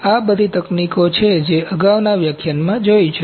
આ બધી તકનીકો છે જે તમે અગાઉના વ્યાખ્યાનમાં જોઈ છે